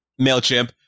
MailChimp